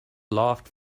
laughed